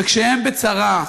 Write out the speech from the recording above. וכשהם בצרה,